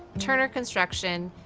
turner construction,